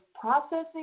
processing